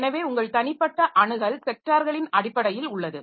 எனவே உங்கள் தனிப்பட்ட அணுகல் ஸெக்டார்களின் அடிப்படையில் உள்ளது